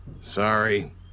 Sorry